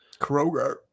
Kroger